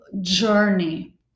journey